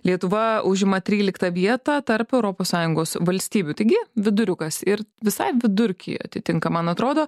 lietuva užima tryliktą vietą tarp europos sąjungos valstybių taigi viduriukas ir visai vidurkį atitinka man atrodo